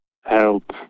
help